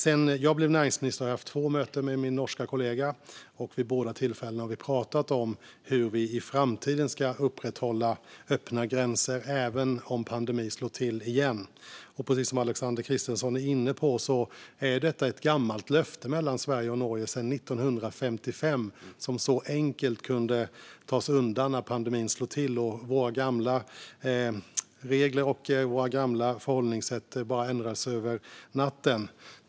Sedan jag blev näringsminister har jag haft två möten med min norska kollega. Vid båda tillfällena har vi pratat om hur vi i framtiden ska upprätthålla öppna gränser även om pandemin slår till igen. Precis som Alexander Christiansson är inne på är detta ett gammalt löfte mellan Sverige och Norge sedan 1955, som så enkelt kunde tas undan när pandemin slog till. Våra gamla regler och förhållningssätt ändrades bara över en natt.